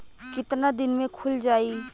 कितना दिन में खुल जाई?